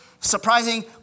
surprising